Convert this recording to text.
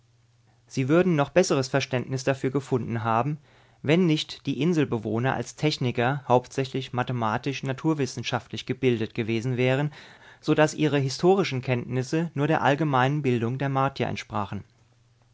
sie würden noch besseres verständnis dafür gefunden haben wenn nicht die inselbewohner als techniker hauptsächlich mathematisch naturwissenschaftlich gebildet gewesen wären so daß ihre historischen kenntnisse nur der allgemeinen bildung der martier entsprachen